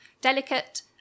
delicate